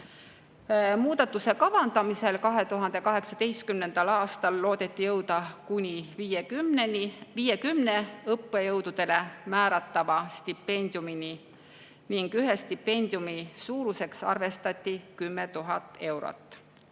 Muudatuse kavandamisel 2018. aastal loodeti jõuda kuni 50 õppejõududele määratava stipendiumini ning ühe stipendiumi suuruseks arvestati 10 000 eurot.